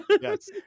Yes